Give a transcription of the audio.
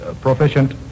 proficient